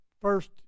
first